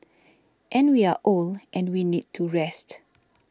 and we are old and we need to rest